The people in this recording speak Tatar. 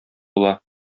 була